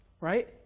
right